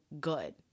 good